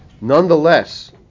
nonetheless